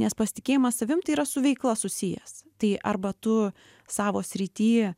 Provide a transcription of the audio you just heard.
nes pasitikėjimas savim tai yra su veikla susijęs tai arba tu savo srity